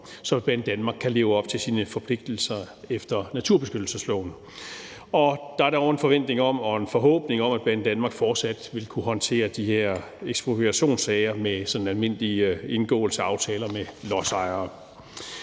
så Banedanmark kan leve op til sine forpligtelser efter naturbeskyttelsesloven. Der er dog en forventning om og en forhåbning om, at Banedanmark fortsat vil kunne håndtere de her ekspropriationssager ved sådan almindelig indgåelse af aftaler med lodsejere.